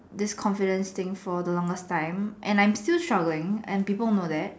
this confidence thing for the longest time and I'm still struggling and people know that